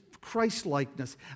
Christ-likeness